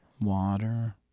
Water